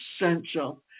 essential